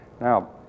Now